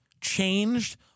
changed